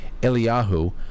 Eliyahu